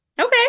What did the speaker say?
Okay